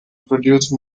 produce